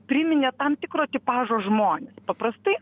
priminė tam tikro tipažo žmones paprastai